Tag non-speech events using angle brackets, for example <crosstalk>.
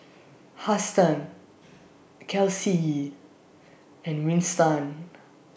Huston Kelsea and Winston <noise>